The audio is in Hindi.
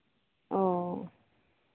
औ